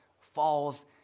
falls